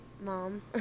mom